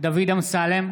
דוד אמסלם,